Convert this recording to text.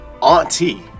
Auntie